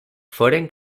foren